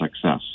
success